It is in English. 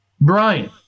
Brian